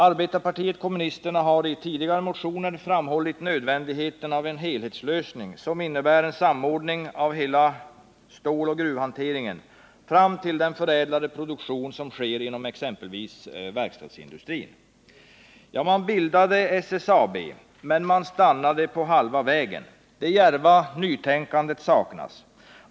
Arbetarpartiet kommunisterna har i tidigare motioner framhållit nödvändigheten av en helhetslösning som innebär en samordning av hela ståloch gruvhanteringen fram till den förädlade produktion som sker inom exempelvis verkstadsindustrin. Man bildade SSAB, men man stannade på halva vägen. Det djärva nytänkandet saknas.